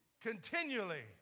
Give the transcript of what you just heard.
continually